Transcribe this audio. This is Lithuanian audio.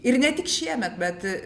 ir ne tik šiemet bet